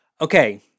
Okay